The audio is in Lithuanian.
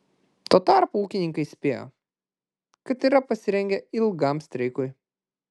tuo tarpu ūkininkai įspėjo kad yra pasirengę ilgam streikui